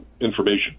information